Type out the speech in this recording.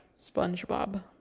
Spongebob